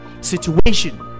situation